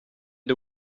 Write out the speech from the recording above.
the